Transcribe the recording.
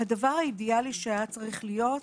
הדבר האידיאלי שהיה צריך להיות,